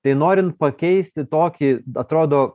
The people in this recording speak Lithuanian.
tai norint pakeisti tokį atrodo